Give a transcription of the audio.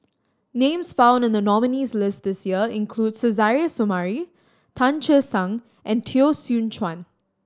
names found in the nominees' list this year include Suzairhe Sumari Tan Che Sang and Teo Soon Chuan